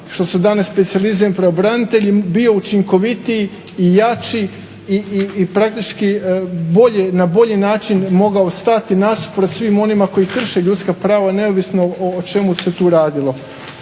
što su danas specijalizirani pravobranitelji bio učinkovitiji i jači i praktički na bolji način mogao stati nasuprot svim onima koji krše ljudska prava neovisno o čemu se tu radilo.